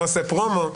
לא עושה פרומו,